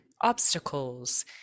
obstacles